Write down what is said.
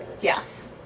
Yes